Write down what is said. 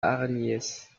hargnies